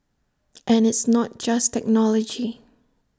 and it's not just technology